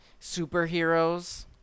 superheroes